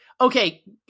okay